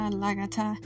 lagata